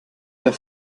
der